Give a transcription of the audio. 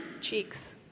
cheeks